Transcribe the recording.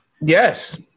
yes